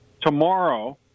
Tomorrow